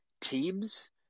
teams